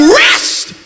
rest